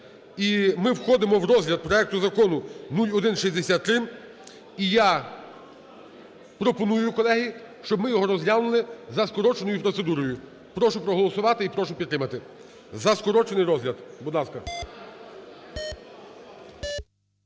ми входимо в розгляд проекту Закону 0163. І я пропоную, колеги, щоб ми його розглянули за скороченою процедурою. Прошу проголосувати і прошу підтримати за скорочений розгляд. Будь ласка.